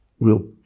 real